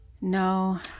No